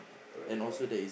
alright uh